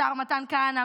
השר מתן כהנא.